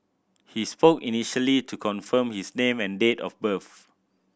he spoke initially to confirm his name and date of birth